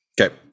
Okay